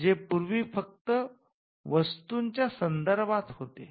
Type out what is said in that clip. जे पूर्वी फक्त वस्तूंच्या संदर्भात होते